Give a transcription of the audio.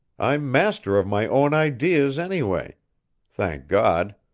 i'm master of my own ideas, anyway, thank god.